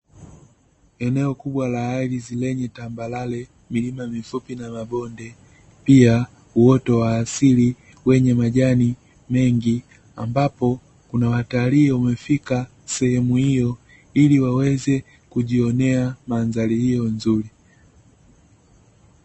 Eneo kubwa la ardhi lenye tambarare, milima mifupi na mabonde, pia uoto wa asili wenye majani mengi, ambapo kuna watalii wamefika sehemu hiyo ili waweze kujionea mandhari hiyo nzuri.